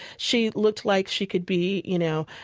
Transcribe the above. she looked like she could be, you know,